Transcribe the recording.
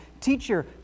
Teacher